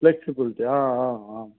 flexibility ah ah आम्